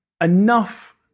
Enough